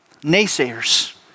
naysayers